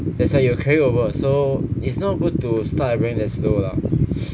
that's why it will carried over so it's not good to start a rank that's low lah